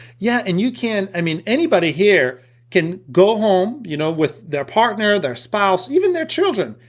yeah and you can, i mean anybody here can go home, you know with their partner, their spouse, even their children,